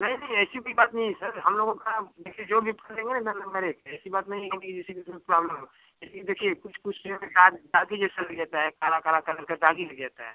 नहीं नहीं ऐसी कोई बात नहीं है सर हम लोगों का देखिए जो भी फल लेंगे एकदम नम्बर एक है ऐसी बात नहीं है कि नहीं जैसे कि उसमें प्रॉब्लम हो लेकिन देखिए कुछ कुछ जो हैं दागी जैसा लग जाता है काला काला कलर का दागी लग जाता है